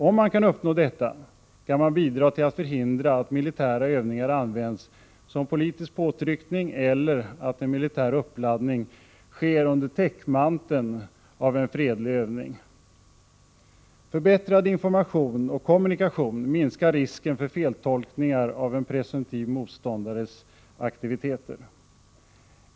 Om man kan uppnå detta kan man bidra till att förhindra att militära övningar används som politisk påtryckning eller att en militär uppladdning sker under täckmanteln av en fredlig övning. Förbättrad information och kommunikation minskar risken för feltolkningar av en presumtiv motståndares aktiviteter.